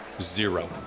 zero